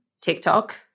TikTok